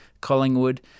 Collingwood